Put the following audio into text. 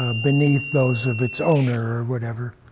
ah beneath those of its owner or whatever.